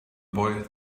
boy